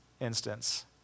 instance